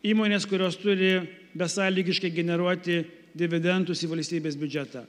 įmonės kurios turi besąlygiškai generuoti dividendus į valstybės biudžetą